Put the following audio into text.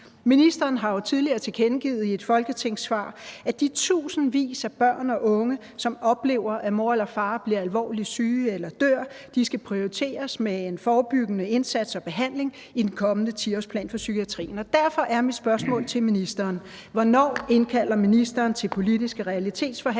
Ministeren har jo tidligere tilkendegivet i et folketingssvar, at de tusindvis af børn og unge, som oplever, at mor eller far bliver alvorligt syge eller dør, skal prioriteres med en forebyggende indsats og behandling i den kommende 10-årsplan for psykiatrien, og derfor er mit spørgsmål til ministeren: Hvornår indkalder ministeren til politiske realitetsforhandlinger